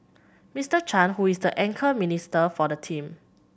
Mister Chan who is the anchor minister for the team